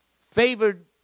favored